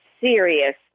serious